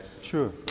Sure